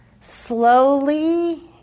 Slowly